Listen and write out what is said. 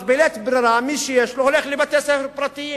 אז בלית ברירה, מי שיש לו הולך לבתי-ספר פרטיים.